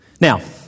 Now